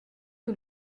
que